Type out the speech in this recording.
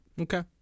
Okay